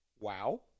wow